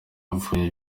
abapfuye